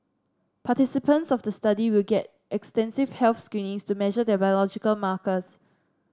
participants of the study will get extensive health screenings to measure their biological markers